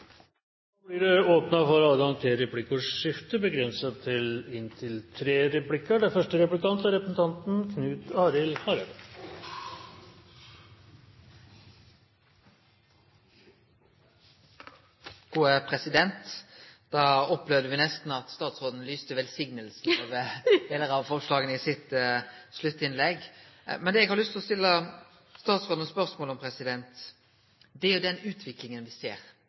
Da opplevde me nesten at statsråden lyste velsigninga over delar av forslaget i sitt sluttinnlegg. Det eg har lyst til å stille statsråden spørsmål om, er den utviklinga me ser.